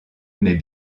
mais